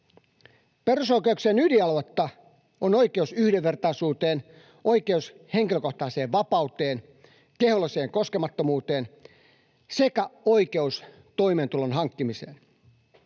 Perusoikeuksien ydinaluetta on oikeus yhdenvertaisuuteen, oikeus henkilökohtaiseen vapauteen, keholliseen koskemattomuuteen sekä oikeus toimeentulon hankkimiseen.